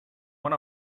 one